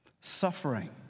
suffering